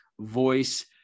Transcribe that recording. voice